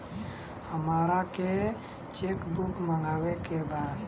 हमारा के cheque book मगावे के बा?